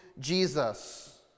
Jesus